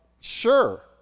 sure